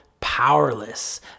powerless